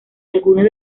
algunos